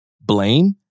blame